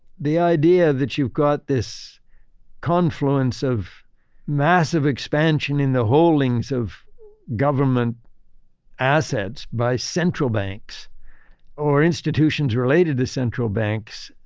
the idea that you've got this confluence of massive expansion in the holdings of government assets by central banks or institutions related to central banks.